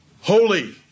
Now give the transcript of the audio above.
holy